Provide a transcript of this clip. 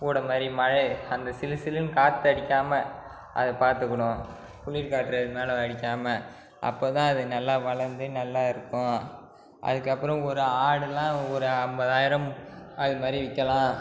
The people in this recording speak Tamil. கூட மாதிரி மழையை அந்த சிலு சிலுன்னு காற்றடிக்காம அதை பார்த்துக்குணும் குளிர்காற்று அது மேலே அடிக்காமல் அப்போதான் அது நல்லா வளர்ந்து நல்லா இருக்கும் அதுக்கு அப்புறம் ஒரு ஆடுலாம் ஒரு ஐம்பதாயிரம் அது மாதிரி விற்கலாம்